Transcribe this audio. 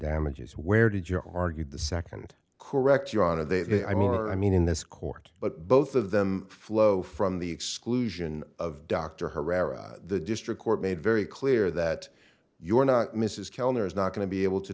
damages where did you argue the second correct your honor they are i mean in this court but both of them flow from the exclusion of dr herrera the district court made very clear that you are not mrs keller is not going to be able to